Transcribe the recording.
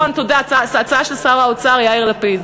נכון, תודה, וזה הצעה של שר האוצר יאיר לפיד.